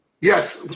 Yes